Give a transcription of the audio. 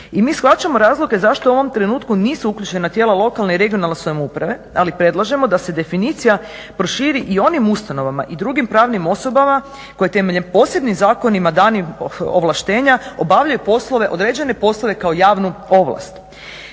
I mi shvaćamo razloge zašto u ovom trenutku nisu uključena tijela lokalne i regionalne samouprave ali predlažemo da se definicija proširi i onim ustanovama i drugim pravnim osobama koje temeljem posebnim zakonima danih ovlaštenja obavljaju poslove, određene poslove kao javnu ovlast.